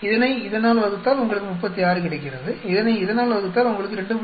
இதனை இதனால் வகுத்தால் உங்களுக்கு 36 கிடைக்கிறது இதனை இதனால் வகுத்தால் உங்களுக்கு 2